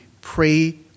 Pray